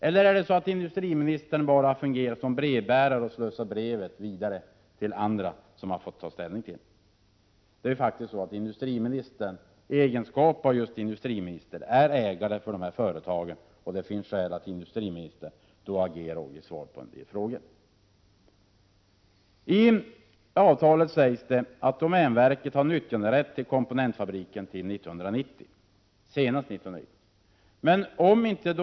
Eller fungerar industriministern bara som brevbärare och slussar brevet vidare till Prot. 1987/88:34 andra, som får ta ställning till det? Det är faktiskt så att industriministernisin 30 november 1987 egenskap av just industriminister är ägare till de här företagen, och det finns ASSI:. i; skäl för industriministern att då agera och ge svar på en del frågor. Om NR I avtalet föreskrivs att domänverket har nyttjanderätt till komponentfabri AA 2 EES ken till senast 1990.